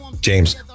James